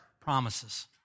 promises